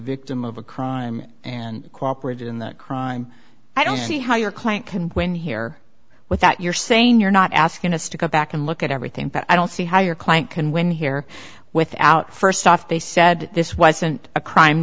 victim of a crime and cooperate in the crime i don't see how your client can win here with that you're saying you're not asking us to go back and look at everything but i don't see how your client can win here without first off they said this wasn't a crime